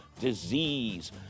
disease